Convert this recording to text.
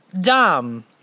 dumb